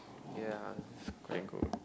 ya it's quite good